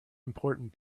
important